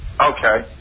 Okay